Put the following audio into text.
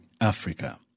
Africa